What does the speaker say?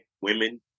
women